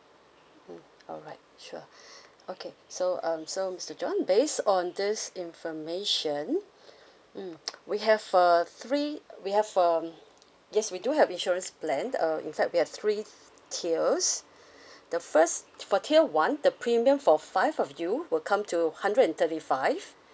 mm alright sure okay so um so mister john based on this information mm we have uh three we have um yes we do have insurance plan uh in fact we have three tiers the first for tier one the premium for five of you will come to hundred and thirty five